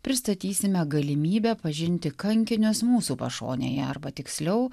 pristatysime galimybę pažinti kankinius mūsų pašonėje arba tiksliau